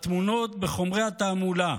בתמונות, בחומרי התעמולה.